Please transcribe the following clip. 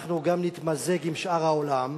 אנחנו גם נתמזג עם שאר העולם